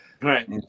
Right